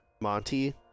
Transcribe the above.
Monty